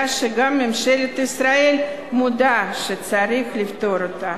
שגם ממשלת ישראל מודה שצריך לפתור אותה.